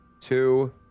two